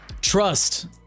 trust